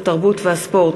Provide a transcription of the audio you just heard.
התרבות והספורט,